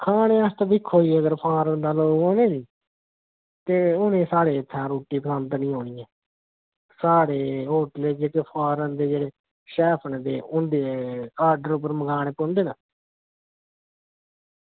खानै आस्तै दिक्खो आं जियां सारें आस्तै बने दा नी ते हून एह् साढ़े इत्थें रुट्टी बनांदे निं हैन साढ़े होटलै च जेह्के फॉरेन दे शेफ न ते उंदे ऑर्डर उप्पर मंगाने पौंदे न ते